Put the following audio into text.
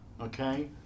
okay